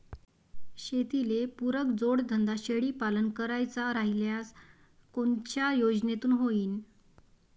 शेतीले पुरक जोडधंदा शेळीपालन करायचा राह्यल्यास कोनच्या योजनेतून होईन?